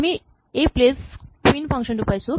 আমি এই place queen function টো পাইছো